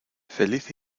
feliz